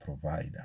provider